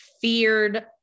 feared